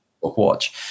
watch